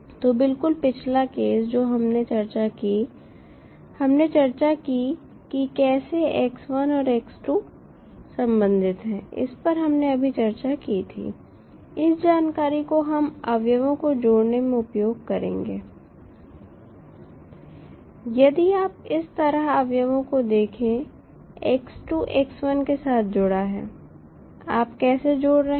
तो बिल्कुल पिछला केस जो हमने चर्चा की हमने चर्चा की कि कैसे x1 और x2 संबंधित है इस पर हमने अभी चर्चा की थी इस जानकारी को हम अवयवों को जोड़ने में उपयोग करेंगे यदि आप इस तरह अवयवों को देखें x2 x1 के साथ जुड़ा है आप कैसे जोड़ रहे हैं